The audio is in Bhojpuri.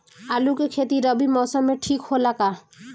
आलू के खेती रबी मौसम में ठीक होला का?